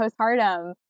postpartum